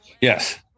Yes